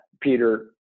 peter